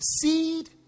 seed